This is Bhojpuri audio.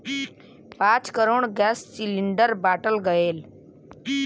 पाँच करोड़ गैस सिलिण्डर बाँटल गएल